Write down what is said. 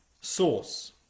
source